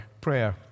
prayer